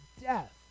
death